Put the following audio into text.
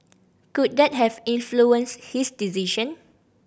could that have influenced his decision